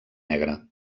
negre